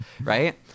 right